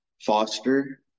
foster